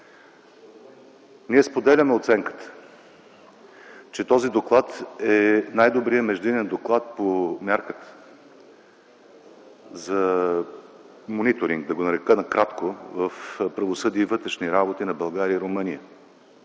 Ние споделяме оценката, че този доклад е най-добрият междинен доклад по мярката за мониторинг, да го нарека накратко, в „Правосъдие и вътрешни работи на България и Румъния”.